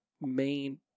main